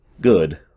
good